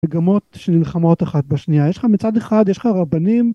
מגמות שנלחמות אחת בשנייה יש לך מצד אחד יש לך רבנים.